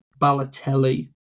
Balotelli